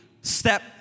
step